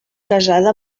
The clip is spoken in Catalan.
casada